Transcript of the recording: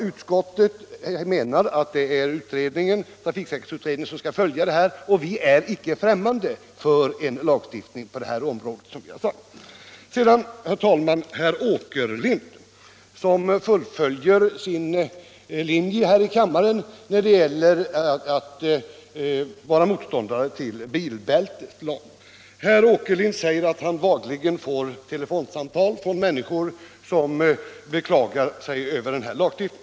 Utskottet anser att trafiksäkerhetsutredningen skall följa denna fråga. Utskottet är emellertid inte främmande för en lagstiftning på detta område i en framtid. Herr Åkerlind fullföljer sin linje här i kammaren som motståndare till bilbälteslagen. Han säger att han dagligen får telefonsamtal från människor, som beklagar sig över denna lagstiftning.